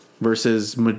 versus